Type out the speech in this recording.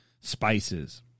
spices